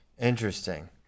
Interesting